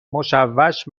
مشوش